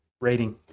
rating